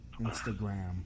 Instagram